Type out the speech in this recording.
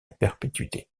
perpétuité